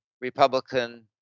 Republican